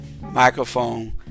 microphone